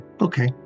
Okay